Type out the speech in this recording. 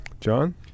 John